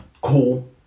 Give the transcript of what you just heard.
cool